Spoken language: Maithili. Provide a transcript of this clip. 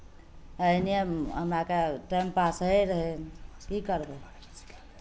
अहिने हमरा आरके टाइम पास होइत रहै की करबै